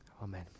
Amen